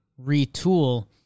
retool